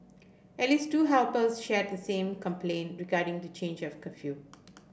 at least two helpers shared the same complaint regarding the change of curfew